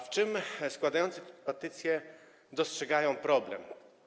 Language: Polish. W czym składający petycję dostrzegają problem?